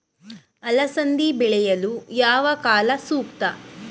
ಅಲಸಂದಿ ಬೆಳೆಯಲು ಯಾವ ಕಾಲ ಸೂಕ್ತ?